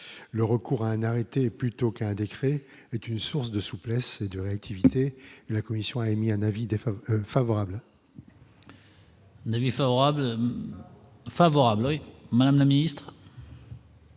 le recours à un arrêté plutôt qu'un décret est une source de souplesse et de réactivité, la commission a émis un avis défavorable favorable. Nagui favorable, favorable, Madame la Ministre.